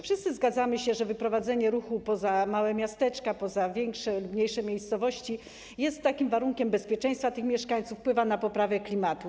Wszyscy zgadzamy się, że wyprowadzenie ruchu poza małe miasteczka, poza większe, mniejsze miejscowości jest warunkiem bezpieczeństwa mieszkańców, wpływa na poprawę klimatu.